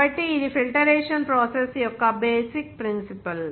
కాబట్టి ఇది filtration process యొక్క బేసిక్ ప్రిన్సిపుల్